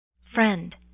Friend